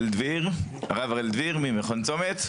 הרב הראל דביר ממכון צומת.